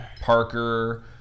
Parker